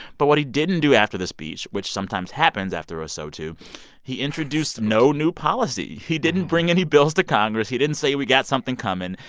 but what he didn't do after the speech, which sometimes happens after a sotu he introduced no new policy. he didn't bring any bills to congress. he didn't say we got something coming.